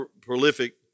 prolific